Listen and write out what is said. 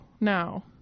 now